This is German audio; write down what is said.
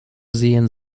sehen